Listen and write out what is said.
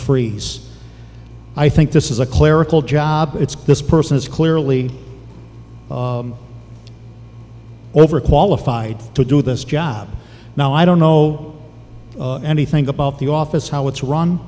freeze i think this is a clerical job it's this person is clearly overqualified to do this job now i don't know anything about the office how it's run